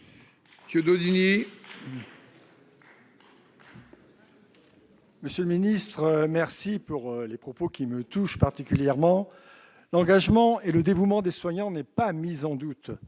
monsieur le ministre, qui me touchent particulièrement. L'engagement et le dévouement des soignants ne sont pas mis en doute,